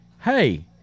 hey